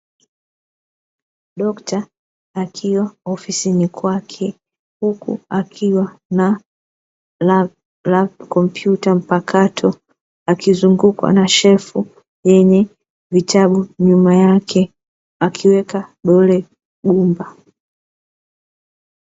Dokta akiwa ofisini kwake, huku akiwa na kompyuta mpakato, akizungukwa na shelfu yenye vitabu nyuma yake, akionyesha dola gumba.